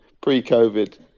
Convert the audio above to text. pre-covid